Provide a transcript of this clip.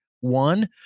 one